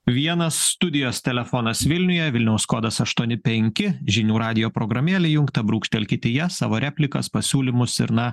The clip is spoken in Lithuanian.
vienas studijos telefonas vilniuje vilniaus kodas aštuoni penki žinių radijo programėlė įjungta brūkštelkit į ja savo replikas pasiūlymus ir na